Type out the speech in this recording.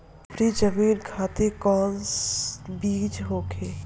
उपरी जमीन खातिर कौन बीज होखे?